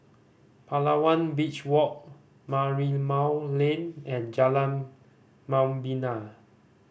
Palawan Beach Walk Merlimau Lane and Jalan Membina